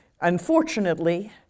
Unfortunately